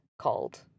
called